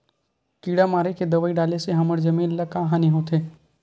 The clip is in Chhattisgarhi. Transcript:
किड़ा मारे के दवाई डाले से हमर जमीन ल का हानि होथे?